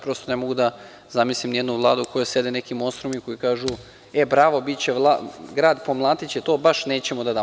Prosto ne mogu da zamislim ni jednu vladu u kojoj sede neki monstrumi koji kažu –bravo, biće grad, pomlatiće to, baš nećemo da damo.